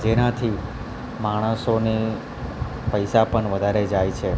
જેનાથી માણસોને પૈસા પણ વધારે જાય છે